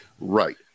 Right